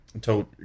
told